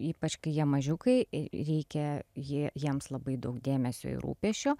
ypač kai jie mažiukai reikia ji jiems labai daug dėmesio ir rūpesčio